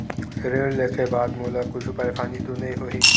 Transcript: ऋण लेके बाद मोला कुछु परेशानी तो नहीं होही?